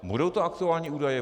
Budou to aktuální údaje?